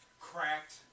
cracked